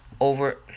over